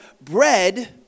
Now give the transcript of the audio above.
bread